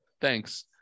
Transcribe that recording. Thanks